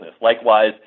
Likewise